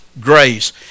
grace